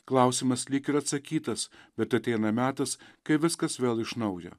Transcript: klausimas lyg ir atsakytas bet ateina metas kai viskas vėl iš naujo